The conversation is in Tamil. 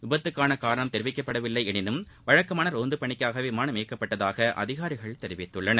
விபத்துக்கானகாரணம்தெரிவிக்கப்படவில்லைஎனினும்வழக்கமானரோந்துபணிக்காகவேவிமான ம்இயக்கப்பட்டதாகஅதிகாரிகள்தெரிவித்துள்ளனர்